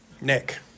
Nick